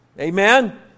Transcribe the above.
Amen